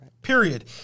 Period